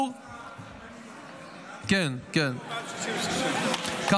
--- מי שעשה הרבה מילואים --- מעל 66 --- כן.